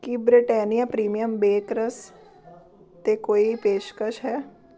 ਕੀ Britannia premium bake rusk 'ਤੇ ਕੋਈ ਪੇਸ਼ਕਸ਼ ਹੈ